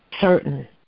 certain